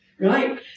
Right